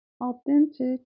authentic